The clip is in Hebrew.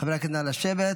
חברי הכנסת, נא לשבת.